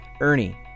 Ernie